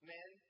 Men